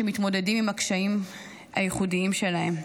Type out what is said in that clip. שמתמודדים עם הקשיים הייחודיים שלהם.